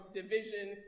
division